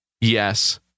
Yes